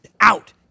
out